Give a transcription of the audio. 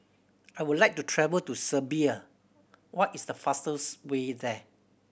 I would like to travel to Serbia what is the fastest way there